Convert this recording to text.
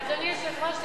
אדוני היושב-ראש,